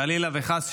חלילה וחס,